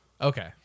Okay